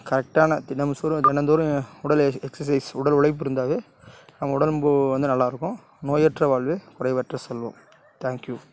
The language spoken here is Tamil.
கரெக்டான தினமுசுரு தினந்தோறும் உடல் எக்ஸசைஸ் உடல் உழைப்பு இருந்தால்வே அவங்க உடம்பு வந்து நல்லாயிருக்கும் நோயற்ற வாழ்வே குறைவற்ற செல்வம் தேங்க் யூ